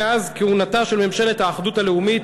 מאז כהונתה של ממשלת האחדות הלאומית,